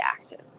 active